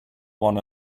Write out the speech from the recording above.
one